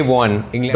one